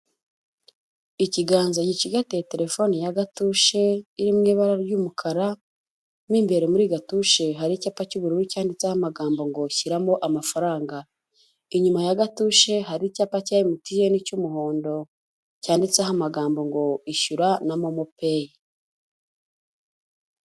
Ikiganza gicigataye telefone ya gatucshe, iri mu ibara ry'umukara, mo imbere muri gatushe, hari icyapa cy'ubururu cyanditseho amagambo ngo shyiramo amafaranga, inyuma ya gatushe hari icyapa cya MTN cy'umuhondo, cyanditse ho amagambo ngo ishyura na momo peyi.